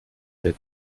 sehr